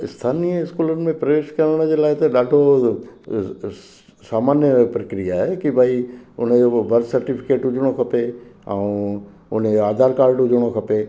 स्थानिय स्कूलनि में प्रवेश करण जे लाइ त ॾाढो सामान्य प्रक्रिया आहे कि भई हुनजो बर्थ सर्टिफ़िकेट हुजिणो खपे ऐं हुनजा आधार काड हुजिणो खपे